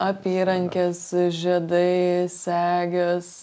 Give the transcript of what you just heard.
apyrankės žiedai segės